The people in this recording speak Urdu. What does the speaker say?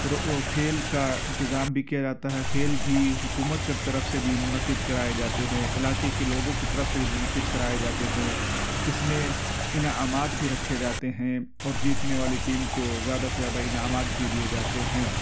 کھیل کا انتظام بھی کیا جاتا ہے کھیل بھی حکومت کر طرف سے بھی منعقد کرائے جاتے ہیں علاقے کے لوگوں کی طرف سے بھی منعقد کرائے جاتے ہیں اس میں انعامات بھی رکھے جاتے ہیں اور جیتنے والی ٹیم کو زیادہ سے زیادہ انعامات بھی دیے جاتے ہیں